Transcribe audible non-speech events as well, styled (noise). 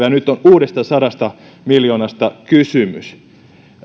(unintelligible) ja nyt on uudesta sadasta miljoonasta kysymys